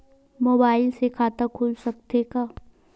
Mobile से खाता खुल सकथे का?